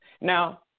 Now